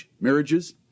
marriages